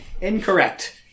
Incorrect